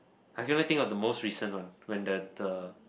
I can only think of the most recent one when that the